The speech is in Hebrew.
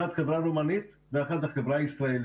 מתוכן חברה אחת היא ישראלית.